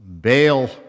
Bail